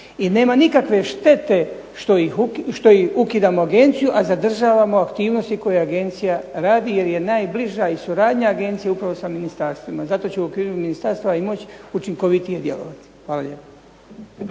I nema nikakve štete što ukidamo agenciju, a zadržavamo aktivnosti koje agencija radi jer je najbliža i suradnja agencije upravo sa ministarstvima. Zato će u okviru ministarstva i moći učinkovitije djelovati. Hvala lijepo.